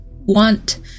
want